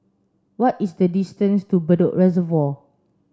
what is the distance to Bedok Reservoir